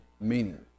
meaning